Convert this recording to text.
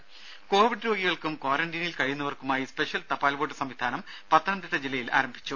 ദേദ കോവിഡ് രോഗികൾക്കും ക്വാറന്റീനിൽ കഴിയുന്നവർക്കുമായി സ്പെഷൽ തപാൽ വോട്ട് സംവിധാനം പത്തനംതിട്ട ജില്ലയിൽ ആരംഭിച്ചു